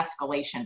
escalation